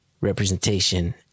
representation